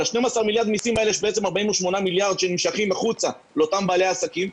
על ה-12 מיליארד מיסים יש 48 מיליארד שנמשכים החוצה לאותם בעלי עסקים,